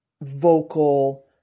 vocal